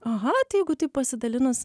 aha tai jeigu taip pasidalinus